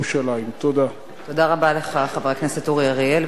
תודה רבה לך, חבר הכנסת אורי אריאל.